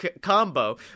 combo